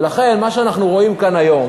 ולכן, מה שאנחנו רואים כאן היום